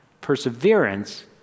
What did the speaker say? Perseverance